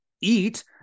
eat